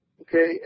Okay